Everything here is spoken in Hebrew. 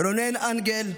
רונן אנגל,